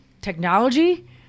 technology